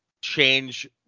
change